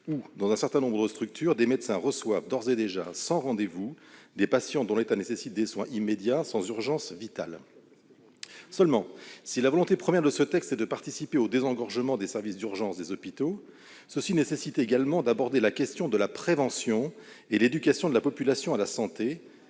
dans un certain nombre de structures, reçoivent déjà sans rendez-vous des patients dont l'état nécessite des soins immédiats sans urgence vitale. La volonté première de ce texte est de participer au désengorgement des services d'urgence des hôpitaux, ce qui nécessite également d'aborder la question de la prévention et de l'éducation de la population à la santé.